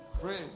pray